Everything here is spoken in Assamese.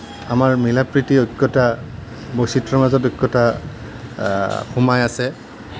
আমাৰ মিলা প্ৰীতি ঐক্যতা বৈচিত্ৰৰ মাজত ঐক্যতা সোমাই আছে